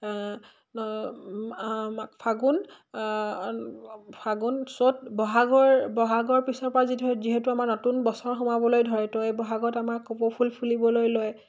ফাগুণ ফাগুণ চ'ত বহাগৰ বহাগৰ পিছৰ পৰা যি যিহেতু আমাৰ নতুন বছৰ সোমাবলৈ ধৰে বহাগত আমাৰ কপৌফুল ফুলিবলৈ লয়